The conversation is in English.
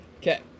Okay